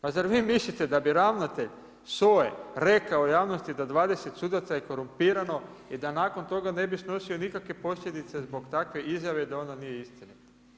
Pa zar vi mislite da bi ravnatelj SOA-e rekao javnosti da je 20 sudaca je korumpirano i da nakon toga ne bi snosio nikakve posljedice zbog takve izjave da ona nije istinita?